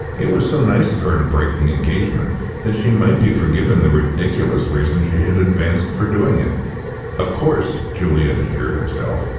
it was so nice of her to break the engagement that she might be forgiven the ridiculous reason she had advanced for doing it of course, juliet assured herself,